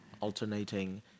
alternating